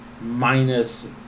Minus